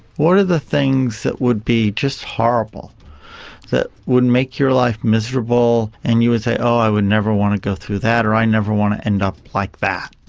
what are the things that would be just horrible that would make your life miserable and you would say, oh, i would never want to go through that or i never want to end up like that.